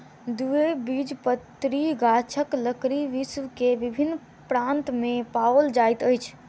द्विबीजपत्री गाछक लकड़ी विश्व के विभिन्न प्रान्त में पाओल जाइत अछि